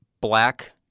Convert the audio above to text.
black